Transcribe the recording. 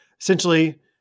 Essentially